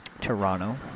Toronto